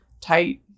tight